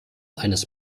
eines